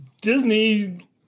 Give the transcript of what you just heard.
Disney